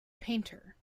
painter